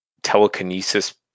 telekinesis